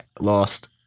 lost